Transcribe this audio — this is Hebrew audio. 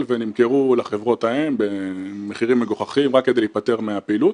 ונמכרו לחברות האם במחירים מגוחכים רק כדי להיפטר מהפעילות.